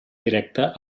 directe